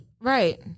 Right